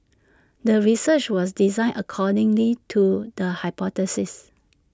the research was designed accordingly to the hypothesis